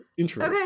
Okay